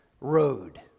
road